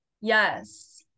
Yes